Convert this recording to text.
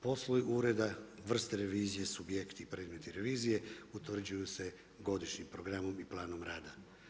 Poslovi ureda vrste revizije, subjekti i predmeti revizije utvrđuju se godišnjim programom i planom rada.